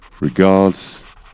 Regards